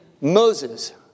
Moses